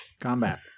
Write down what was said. combat